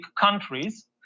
countries